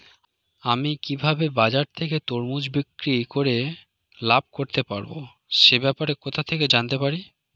আমি কিভাবে বাজার থেকে তরমুজ বিক্রি করে লাভ করতে পারব সে ব্যাপারে কোথা থেকে জানতে পারি?